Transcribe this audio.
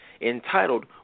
entitled